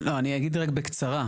אני אגיד בקצרה.